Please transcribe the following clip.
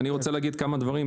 אני רוצה להגיד כמה דברים,